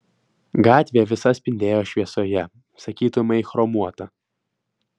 gatvė visa spindėjo šviesoje sakytumei chromuota